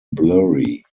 blurry